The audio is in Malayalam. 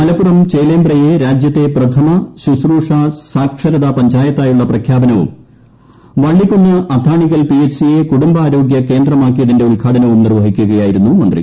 മലപ്പുറം ചേലേമ്പ്രയെ രാജ്യത്തെ പ്രഥമ ശുശ്രൂഷ സാക്ഷരതാ പഞ്ചായത്തായുള്ള പ്രഖ്യാപനവും വള്ളിക്കുന്ന് അത്താണിക്കൽ പിഎച്ച് സിയെ കുടുംബാരോഗ്യ കേന്ദ്രമാക്കിയതിന്റെ ഉദ്ഘാടനവും നിർവഹിക്കുകയായിരുന്നു മന്ത്രി